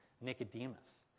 Nicodemus